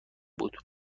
بود